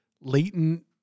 latent